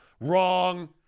Wrong